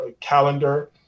calendar